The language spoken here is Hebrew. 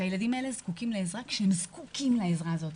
שהילדים האלה זקוקים לעזרה כשהם זקוקים לעזרה הזאת,